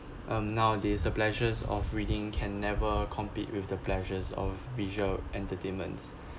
um nowadays the pleasures of reading can never compete with the pleasures of visual entertainments